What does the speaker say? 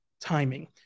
timing